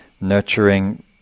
nurturing